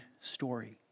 story